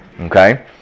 Okay